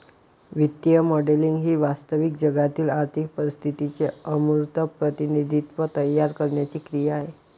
वित्तीय मॉडेलिंग ही वास्तविक जगातील आर्थिक परिस्थितीचे अमूर्त प्रतिनिधित्व तयार करण्याची क्रिया आहे